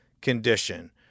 condition